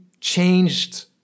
changed